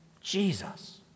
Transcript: Jesus